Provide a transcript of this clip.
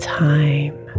time